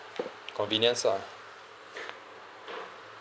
convenience lah